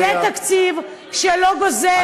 זה תקציב שלא גוזר,